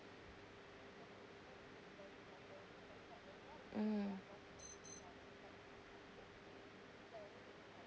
mm